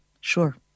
Sure